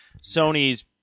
Sony's